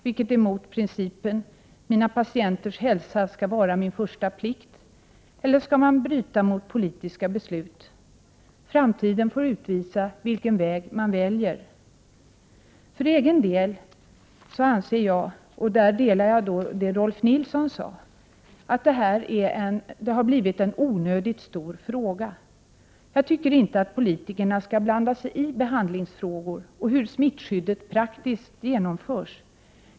Det är emot principen: ”Mina patienters hälsa skall vara min första plikt.” Skall man i stället bryta mot politiska beslut? Framtiden får utvisa vilken väg man väljer. För egen del anser jag — där delar jag Rolf Nilsons uppfattning — att det här har blivit en onödigt stor fråga. Jag tycker inte att politikerna skall blanda sig i behandlingsfrågor och hur smittskyddet praktiskt skall genomföras.